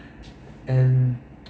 and